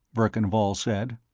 verkan vall said.